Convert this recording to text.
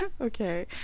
okay